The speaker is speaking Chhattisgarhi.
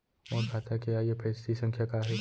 मोर खाता के आई.एफ.एस.सी संख्या का हे?